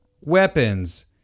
weapons